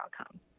outcome